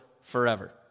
forever